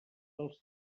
pels